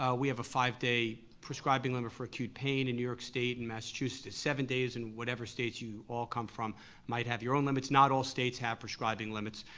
ah we have a five day prescribing limit for acute pain in new york state, in massachusets it's seven days, in whatever states you all come from might have your own limits, not all states have prescribing limits.